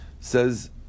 Says